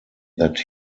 that